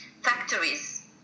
factories